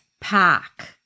pack